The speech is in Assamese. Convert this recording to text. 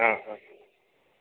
অ অ